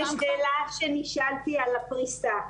לשאלה שנשאלתי על הפריסה,